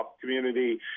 community